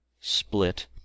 split